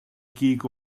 gig